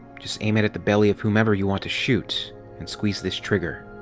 just aim it at the belly of whomever you want to shoot and squeeze this trigger.